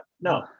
no